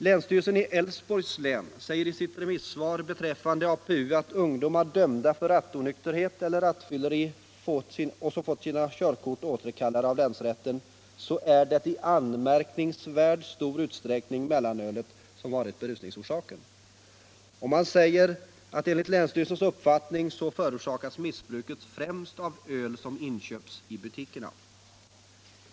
Länsstyrelsen i Älvsborgs län säger i sitt remissvar beträffande APU, att när ungdomar dömda för rattonykterhet eller rattfylleri fått sina körkort återkallade av länsrätten, så är det i anmärkningsvärt stor utsträckning mellanölet som varit berusningsorsaken. Och man säger, att enligt länsstyrelsens uppfattning förorsakas missbruket främst av det öl som inköps i butikerna.